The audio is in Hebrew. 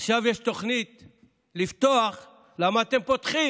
עכשיו יש תוכנית לפתוח, למה אתם פותחים